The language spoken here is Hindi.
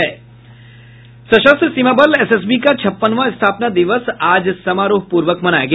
सशस्त्र सीमा बल एसएसबी का छप्पनवां स्थापना दिवस आज समारोहपूर्वक मनाया गया